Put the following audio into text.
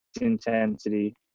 intensity